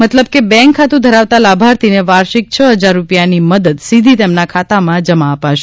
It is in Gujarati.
મતલબ કે બેંક ખાતુ ધરાવતા લાભાર્થીને વાર્ષિક છ હજાર રૂપિયાની મદદ સીધી તેમના ખાતામાં જમા અપાશે